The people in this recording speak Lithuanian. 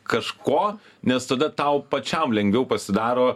kažko nes tada tau pačiam lengviau pasidaro